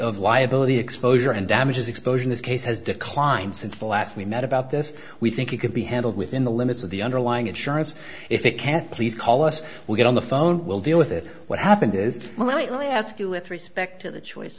of liability exposure and damages exposure this case has declined since the last we met about this we think it could be handled within the limits of the underlying insurance if it can't please call us we get on the phone we'll deal with it what happened is well i ask you with respect to the choice